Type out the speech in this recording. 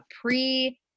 pre